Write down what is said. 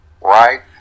right